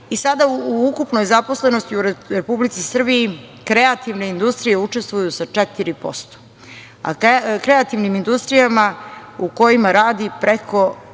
u ukupnoj zaposlenosti u Republici Srbiji kreativne industrije učestvuju sa 4%, kreativnim industrijama u kojima radi preko